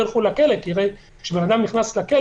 אנחנו בעידן שבו לא יכול להיות שאדם ייענש בגופו,